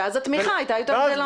ואז התמיכה הייתה גדלה.